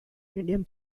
medium